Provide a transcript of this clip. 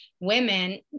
women